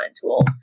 tools